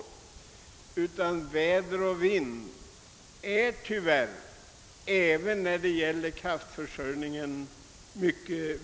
Tyvärr är väder och vind viktiga faktorer också för kraftförsörjningen.